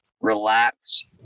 relax